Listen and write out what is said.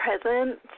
present